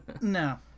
no